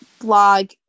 blog